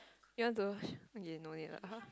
you want to sh~ okay no need lah !huh!